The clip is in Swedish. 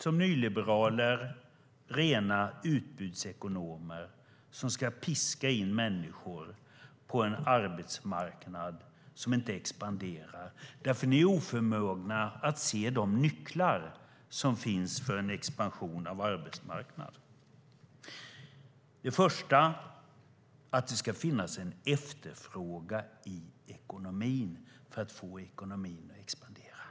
Som nyliberaler är de rena utbytesekonomer, som ska piska in människor på en arbetsmarknad som inte expanderar. De är nämligen oförmögna att se de nycklar som behöver finnas för en expansion av arbetsmarknaden. En nyckel är att det ska finnas en efterfrågan i ekonomin för att den ska expandera.